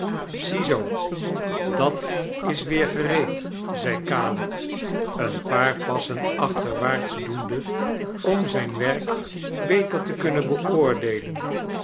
ziezic-o dat is weer gereed zei caleb een paar passen aohterwaarts doende am zijn werk beter te kunnen beoordeelen